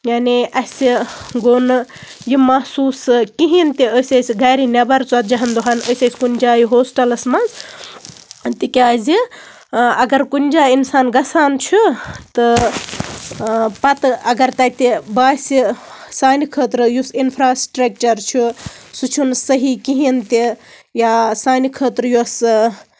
یانے اَسہِ گوٚو نہٕ یہِ محسوٗس کِہیٖنٛۍ تہِ أسۍ ٲسۍ گرِ نیٚبر ژَتجی ہن دۄہَن أسۍ ٲسۍ کُنہِ جایہِ ہوسٹلَس منٛز تِکیٛازِ اَگر کُنہِ جایہِ اِنسان گژھان چھُ تہٕ پَتہٕ اَگر تَتہِ باسہِ سانہِ خٲطرٕ یُس اِنفراسِٹرٛکچر چھُ سُہ چھُنہٕ صحی کِہیٖنٛۍ تہِ یا سانہِ خٲطرٕ یۄس